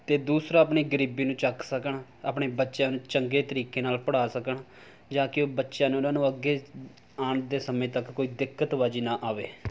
ਅਤੇ ਦੂਸਰਾ ਆਪਣੀ ਗਰੀਬੀ ਨੂੰ ਚੱਕ ਸਕਣ ਆਪਣੇ ਬੱਚਿਆਂ ਨੂੰ ਚੰਗੇ ਤਰੀਕੇ ਨਾਲ ਪੜ੍ਹਾ ਸਕਣ ਜਾਂ ਕਿ ਬੱਚਿਆਂ ਨੂੰ ਉਹਨਾਂ ਨੂੰ ਅੱਗੇ ਆਉਣ ਦੇ ਸਮੇਂ ਤੱਕ ਕੋਈ ਦਿੱਕਤਬਾਜ਼ੀ ਨਾ ਆਵੇ